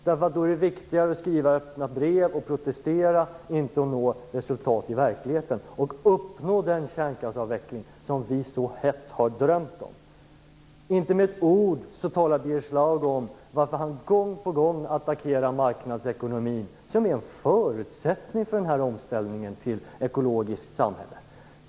Då är det viktigare att skriva öppna brev och att protestera, inte att nå resultat i verkligheten. Det gäller ju att uppnå den kärnkraftsavveckling som vi så hett har drömt om. Inte med ett enda ord nämner Birger Schlaug varför han gång på gång attackerar marknadsekonomin, som är en förutsättning för omställningen till ett ekologiskt samhälle.